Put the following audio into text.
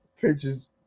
pictures